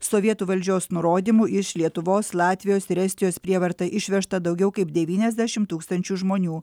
sovietų valdžios nurodymu iš lietuvos latvijos ir estijos prievarta išvežta daugiau kaip devyniasdešimt tūkstančių žmonių